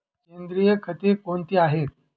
सेंद्रिय खते कोणती आहेत?